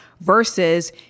versus